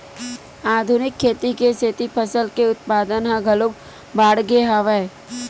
आधुनिक खेती के सेती फसल के उत्पादन ह घलोक बाड़गे हवय